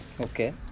Okay